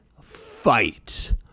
fight